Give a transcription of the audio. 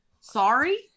Sorry